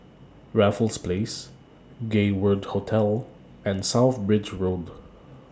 Raffles Place Gay World Hotel and South Bridge Road